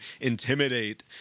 intimidate